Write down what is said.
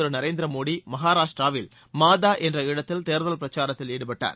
திரு நரேந்திரமோடி மகாராஷ்டிராவில் மாதா பிரதமர் என்ற இடத்தில் தேர்தல் பிரச்சாரத்தில் ஈடுபட்டார்